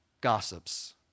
gossips